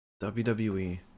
WWE